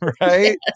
Right